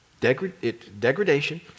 degradation